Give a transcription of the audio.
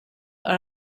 are